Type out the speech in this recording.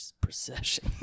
procession